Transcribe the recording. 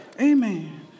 Amen